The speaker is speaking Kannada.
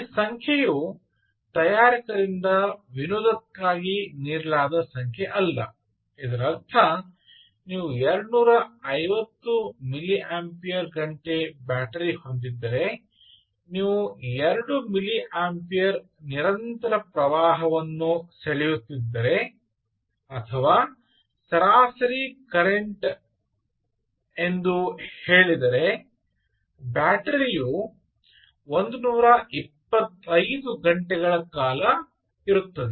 ಈ ಸಂಖ್ಯೆಯು ತಯಾರಕರಿಂದ ವಿನೋದಕ್ಕಾಗಿ ನೀಡಲಾದ ಸಂಖ್ಯೆಯಲ್ಲ ಇದರರ್ಥ ನೀವು 250 ಮಿಲಿಯಂಪಿಯರ್ ಗಂಟೆ ಬ್ಯಾಟರಿ ಹೊಂದಿದ್ದರೆ ನೀವು 2 ಮಿಲಿ ಆಂಪಿಯರ್ ನಿರಂತರ ಪ್ರವಾಹವನ್ನು ಸೆಳೆಯುತ್ತಿದ್ದರೆ ಅಥವಾ ಸರಾಸರಿ ಕರೆಂಟ್ ಎಂದು ಹೇಳಿದರೆ ಬ್ಯಾಟರಿ 125 ಗಂಟೆಗಳ ಕಾಲ ಇರುತ್ತದೆ